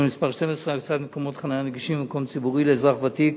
מס' 12) (הקצאת מקומות חנייה נגישים במקום ציבורי לאזרח ותיק